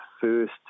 first